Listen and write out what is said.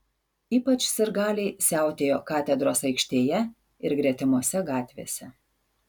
ypač sirgaliai siautėjo katedros aikštėje ir gretimose gatvėse